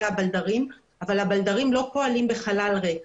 הבלדרים אבל הבלדרים לא פועלים בחלל ריק.